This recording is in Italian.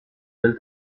del